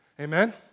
Amen